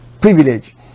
privilege